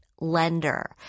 lender